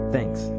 Thanks